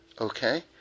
Okay